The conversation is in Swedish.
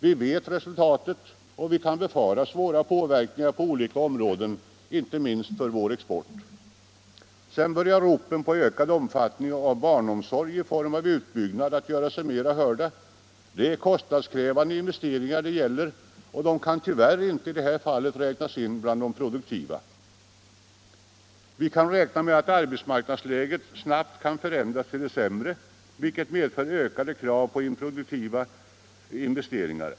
Vi vet resultatet, och vi kan befara svåra påverkningar på olika områden — inte minst för vår export. Sedan börjar ropen på ökad omfattning av barnomsorgen i form av utbyggnad att göra sig mer hörda. Det är kostnadskrävande investeringar det gäller, och de kan tyvärr inte räknas in bland de produktiva. Vi får räkna med att arbetsmarknadsläget snabbt kan förändras till det sämre, vilket medför ökade krav på improduktiva investeringar.